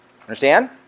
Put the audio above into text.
Understand